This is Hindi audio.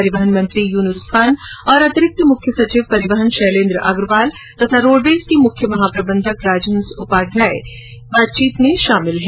परिवहन मंत्री युनूस खान और अतिरिक्त मुख्य सचिव परिवहन शैलेन्द्र अग्रवाल तथा रोडवेज के मुख्य महाप्रबंधक राजहंस उपाध्याय इसमें मौजूद हैं